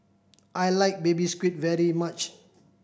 I like Baby Squid very much